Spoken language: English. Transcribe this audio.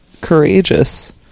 courageous